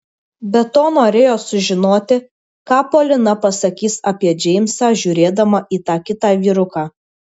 be to norėjo sužinoti ką polina pasakys apie džeimsą žiūrėdama į tą kitą vyruką